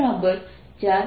ρ4πr2બનશે